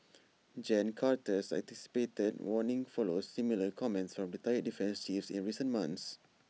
gen Carter's anticipated warning follows similar comments from retired defence chiefs in recent months